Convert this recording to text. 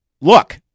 look